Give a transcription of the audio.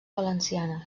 valenciana